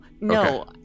no